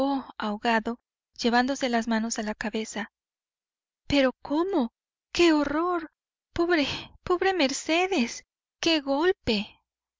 ahogado llevándose las manos a la cabeza pero cómo qué horror pobre pobre mercedes qué golpe